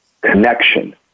connection